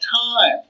time